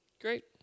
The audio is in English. Great